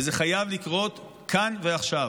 וזה חייב לקרות כאן ועכשיו.